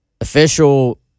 Official